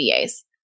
VAs